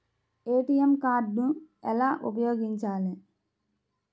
ATM card ఎలా ఉపయోగించాలి?